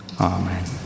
Amen